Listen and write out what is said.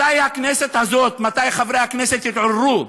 מתי הכנסת הזאת, מתי חברי הכנסת יתעוררו?